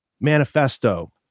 manifesto